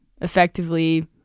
effectively